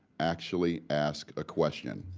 actually ask a question.